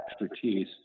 expertise